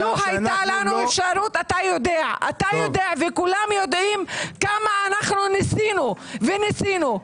אילו הייתה לנו אפשרות אתה יודע וכולם יודעים כמה ניסינו וניסינו,